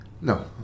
no